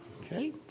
Okay